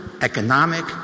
economic